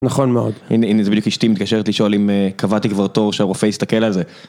נכון מאוד, הנה זה בדיוק אשתי מתקשרת לשאול אם קבעתי כבר תור שהרופא יסתכל על זה.